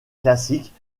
classiques